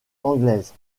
anglaise